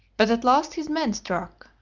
but at last his men struck.